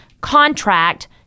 contract